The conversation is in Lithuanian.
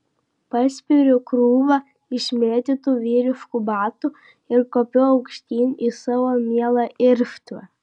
paspiriu krūvą išmėtytų vyriškų batų ir kopiu aukštyn į savo mielą irštvą